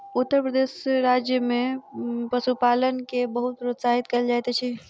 उत्तर प्रदेश राज्य में पशुपालन के बहुत प्रोत्साहित कयल जाइत अछि